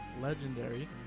legendary